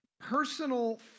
personal